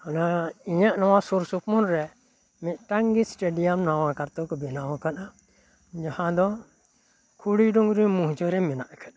ᱚᱱᱟ ᱤᱧᱟᱹᱜ ᱱᱚᱣᱟ ᱥᱩᱨ ᱥᱩᱯᱩᱨ ᱨᱮ ᱢᱤᱫᱴᱟᱝ ᱜᱮ ᱥᱴᱮᱰᱤᱭᱟᱢ ᱱᱟᱣᱟ ᱟᱠᱟᱨᱛᱮᱠᱚ ᱵᱮᱱᱟᱣ ᱠᱟᱫᱟ ᱡᱟᱦᱟᱸ ᱫᱚ ᱠᱷᱩᱲᱤᱰᱩᱝᱨᱤ ᱢᱩᱦᱡᱟᱹ ᱨᱮ ᱢᱮᱱᱟᱜ ᱠᱟᱫᱟ